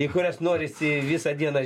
į kurias norisi visą dieną